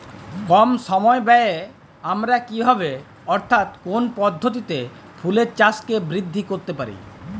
কম সময় ব্যায়ে আমরা কি ভাবে অর্থাৎ কোন পদ্ধতিতে ফুলের চাষকে বৃদ্ধি করতে পারি?